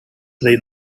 play